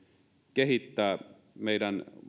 kehittää meidän